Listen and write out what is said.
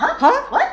!huh!